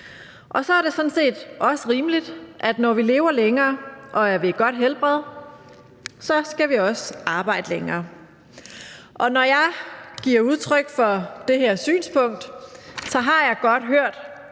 det sådan set også rimeligt, at når vi lever længere og er ved godt helbred, skal vi også arbejde længere. Når jeg giver udtryk for det her synspunkt, har jeg godt hørt